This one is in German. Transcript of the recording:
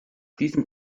diesem